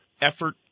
effort